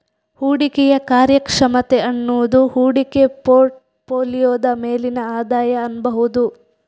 ಹೂಡಿಕೆಯ ಕಾರ್ಯಕ್ಷಮತೆ ಅನ್ನುದು ಹೂಡಿಕೆ ಪೋರ್ಟ್ ಫೋಲಿಯೋದ ಮೇಲಿನ ಆದಾಯ ಅನ್ಬಹುದು